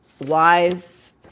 wise